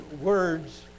words